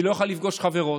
והיא לא יכולה לפגוש חברות,